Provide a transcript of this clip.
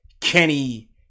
Kenny